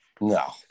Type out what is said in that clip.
No